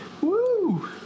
woo